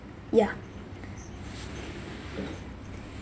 yeah